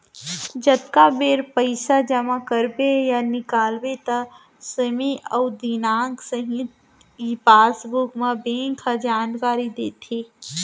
जतका बेर पइसा जमा करबे या निकालबे त समे अउ दिनांक सहित ई पासबुक म बेंक ह जानकारी देथे